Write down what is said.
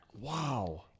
Wow